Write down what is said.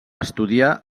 estudiar